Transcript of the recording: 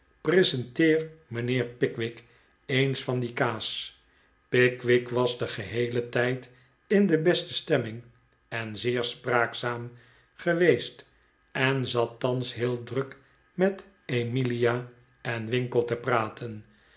presenteer mijnheer pickwick eens van die kaas pickwick was den geheelen tijd in de beste stemming en zeer spraakzaam geweest en zat thans heel druk met emilia en winkle te praten